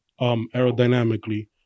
aerodynamically